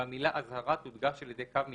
והמילה "אזהרה" תודגש על ידי קו מתחתיה,